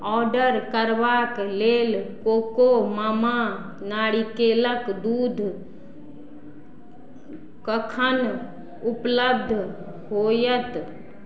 order करबाक लेल कोकोमामा नारिकेलक दूध कखन उपलब्ध होयत